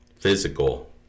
physical